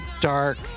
dark